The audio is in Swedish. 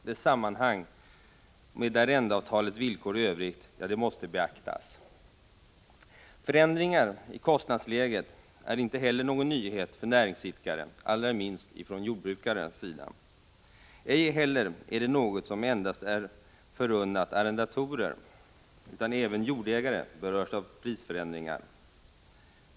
Dess sammanhang med arrendeavtalets villkor i övrigt måste beaktas. Förändringar i kostnadsläget är inte heller någon nyhet för näringsidkare, allra minst för jordbrukare. Ej heller är det något som endast är förunnat arrendatorer — även jordägare berörs av prisförändringar.